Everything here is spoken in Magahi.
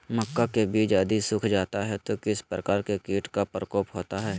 मक्का के बिज यदि सुख जाता है तो किस प्रकार के कीट का प्रकोप होता है?